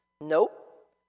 Nope